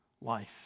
life